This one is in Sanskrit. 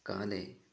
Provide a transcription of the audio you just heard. काले